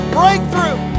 breakthrough